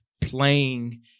playing